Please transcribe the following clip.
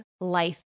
life